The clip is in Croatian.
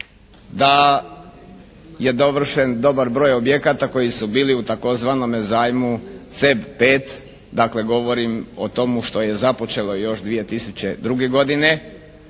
da je dovršen dobar broj objekata koji su bili u tzv. zajmu CEB 5, dakle govorim o tomu što je započelo još 2002. godine,